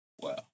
Wow